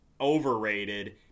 overrated